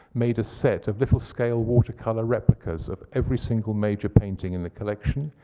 made a set of little scale watercolor replicas of every single major painting in the collection.